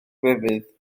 grefydd